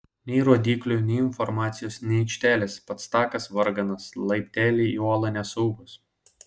nei rodyklių nei informacijos nei aikštelės pats takas varganas laipteliai į olą nesaugūs